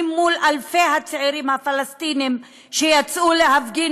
מול אלפי הצעירים הפלסטינים שיצאו להפגין